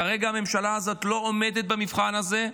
כרגע הממשלה הזאת לא עומדת במבחן הזה,